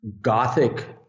gothic